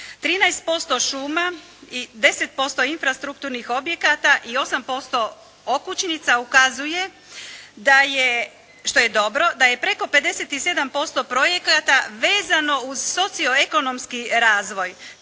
13% šuma i 10% infrastrukturnih objekata i 8% okućnica ukazuje da je, što je dobro, da je preko 57% projekata vezano uz socio-ekonomski razvoj,